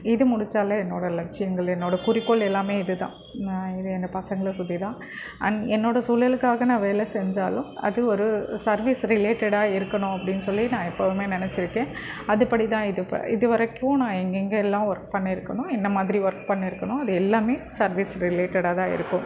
இது முடித்தாலே என்னோடய லட்சியங்கள் என்னோடய குறிக்கோள் எல்லாமே இது தான் நான் இது இந்த பசங்களை சுற்றி தான் அண்ட் என்னோடய சூழலுக்காக நான் வேலை செஞ்சாலும் அது ஒரு சர்வீஸ் ரிலேட்டடாக இருக்கணும் அப்படின் சொல்லி நான் எப்போதுமே நினச்சிருக்கேன் அது படி தான் இது ப இது வரைக்கும் நான் எங்கேங்கே எல்லாம் ஒர்க் பண்ணியிருக்கேனோ என்ன மாதிரி ஒர்க் பண்ணியிருக்கேனோ அது எல்லாமே சர்வீஸ் ரில்லேட்டடாக தான் இருக்கும்